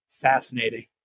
fascinating